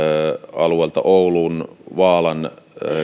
alueelta vaalan